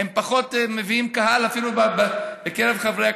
פחות מביאים קהל, אפילו בקרב חברי הכנסת,